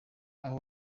aho